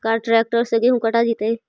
का ट्रैक्टर से गेहूं कटा जितै?